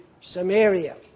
Samaria